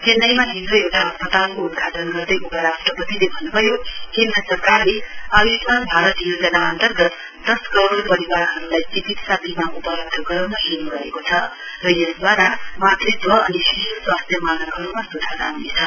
चेन्नाईमा हिजो एउटा अस्पतालको उद्घाटन गर्दै उपराष्ट्रपतिले भन्नुभयो केन्द्र सरकारले आय्स्मान भारत योजना अन्तर्गत दश करोड परिवारहरूलाई चिकित्सा बीमा उपलब्ध गराउन शुरू गरेको छ र यसद्वारा मातृत्व अनि शिशु स्वास्थ्य मानकहरूमा स्धार आउनेछ